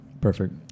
perfect